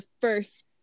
first